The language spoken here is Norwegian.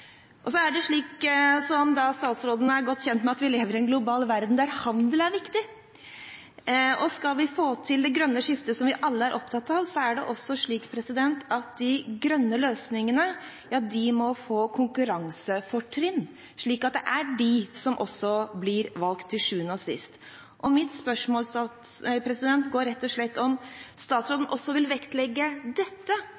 Så er det slik, som statsråden er godt kjent med, at vi lever i en global verden, der handel er viktig, og skal vi få til det grønne skiftet, som vi alle er opptatt av, må de grønne løsningene få konkurransefortrinn, slik at det er de som også blir valgt til sjuende og sist. Mitt spørsmål er rett og slett om statsråden også vil vektlegge dette